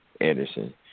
Anderson